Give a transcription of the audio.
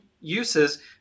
uses